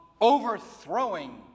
overthrowing